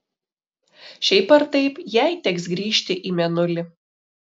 šiaip ar taip jai teks grįžti į mėnulį